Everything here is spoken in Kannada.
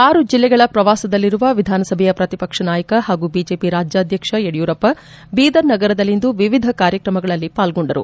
ಆರು ಜಿಲ್ಲೆಗಳ ಪ್ರವಾಸದಲ್ಲಿರುವ ವಿಧಾನಸಭೆಯ ಪ್ರತಿಪಕ್ಷ ನಾಯಕ ಹಾಗೂ ಬಿಜೆಪಿ ರಾಜ್ಯಾಧ್ಯಕ್ಷ ಯಡಿಯೂರಪ್ಪ ಬೀದರ್ ನಗರದಲ್ಲಿಂದು ವಿವಿಧ ಕಾರ್ಯಕ್ರಮಗಳಲ್ಲಿ ಪಾಲ್ಗೊಂಡರು